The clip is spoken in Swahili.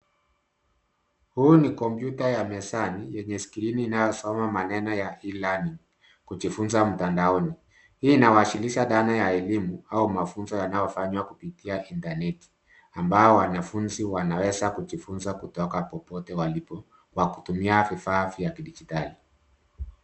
Huu ni kompyuta ya mezani yenye skrini inayo soma maneno ya [cs ] e-learning [cs ] kujifunza mtandaoni. Hii ina wasilisha dhana ya elimu au mafunzo yanayo fanywa kupitia [cs ] intaneti [cs ] ambao wanafunzi wanaweza kujifunza popote walio kwa kutumia vifaa vya dijitali.